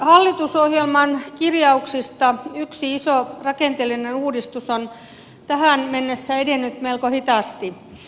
hallitusohjelman kirjauksista yksi iso rakenteellinen uudistus on tähän mennessä edennyt melko hitaasti